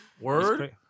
Word